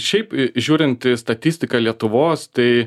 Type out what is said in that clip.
šiaip žiūrint į statistiką lietuvos tai